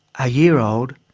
a year old,